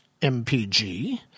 MPG